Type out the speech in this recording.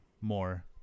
more